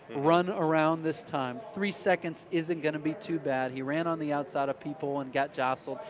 run around this time, three seconds isn't going to be too bad, he ran on the outside of people and got jostled,